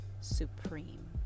supreme